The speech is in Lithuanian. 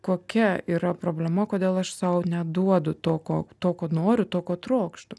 kokia yra problema kodėl aš sau neduodu to ko to ko noriu to ko trokštu